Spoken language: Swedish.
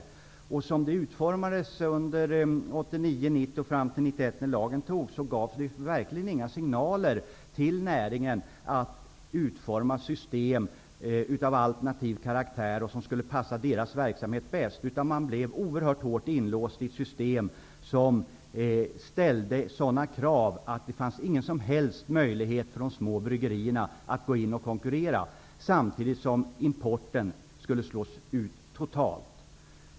Som det hela utformades under 1989 och 1990 och fram till 1991 när lagen antogs gav man verkligen inga signaler till näringen om att utforma system av alternativ karaktär som skulle passa verksamheten bäst. Man blev oerhört hårt inlåst i ett system som ställde sådana krav att det inte fanns någon som helst möjlighet för de små bryggerierna att konkurrera, samtidigt som importen skulle slås ut totalt.